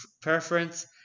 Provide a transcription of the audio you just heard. preference